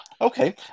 Okay